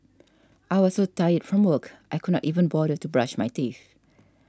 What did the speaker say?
I was so tired from work I could not even bother to brush my teeth